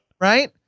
right